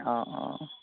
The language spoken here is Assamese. অঁ অঁ